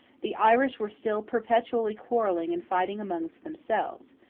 the irish were still perpetually quarrelling and fighting among themselves,